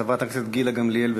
חברת הכנסת גילה גמליאל.